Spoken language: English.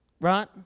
Right